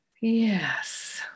Yes